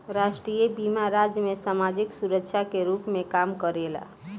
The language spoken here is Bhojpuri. राष्ट्रीय बीमा राज्य में सामाजिक सुरक्षा के रूप में काम करेला